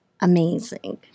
amazing